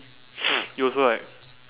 you also right